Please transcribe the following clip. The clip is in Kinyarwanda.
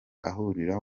ahurira